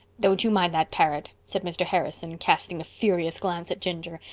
don't you mind that parrot, said mr. harrison, casting a furious glance at ginger.